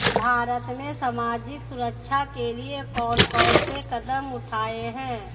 भारत में सामाजिक सुरक्षा के लिए कौन कौन से कदम उठाये हैं?